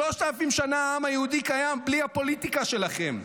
שלושת אלפים שנה העם היהודי קיים בלי הפוליטיקה שלכם.